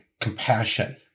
compassion